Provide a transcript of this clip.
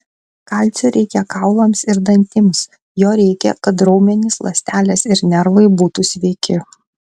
kalcio reikia kaulams ir dantims jo reikia kad raumenys ląstelės ir nervai būtų sveiki